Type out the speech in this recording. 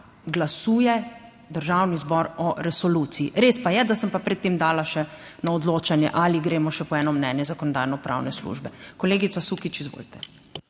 glasuje Državni zbor o resoluciji. Res pa je, da sem pa pred tem dala še na odločanje, ali gremo še po eno mnenje Zakonodajno-pravne službe. Kolegica Sukič, izvolite.